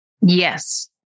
Yes